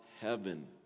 heaven